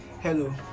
hello